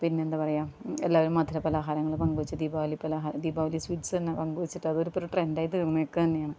പിന്നെന്താണ് പറയുക എല്ലാവരും മധുരപലഹാരങ്ങള് പങ്ക് വെച്ച് ദീപാവലി പലഹാരം ദീപാവലി സ്വീറ്റ്സ് തന്നെ പങ്കുവെച്ചിട്ടതൊരിപ്പോൾ ഒര് ട്രെന്ഡായി തീര്ന്നേക്കുവാണ്